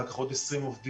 אחר כך עוד 20 עובדים.